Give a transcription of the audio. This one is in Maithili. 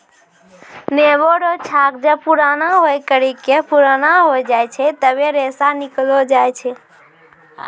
नेमो रो गाछ जब पुराणा होय करि के पुराना हो जाय छै तबै रेशा निकालो जाय छै